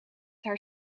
haar